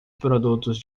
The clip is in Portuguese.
produtos